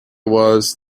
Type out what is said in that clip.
was